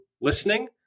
listening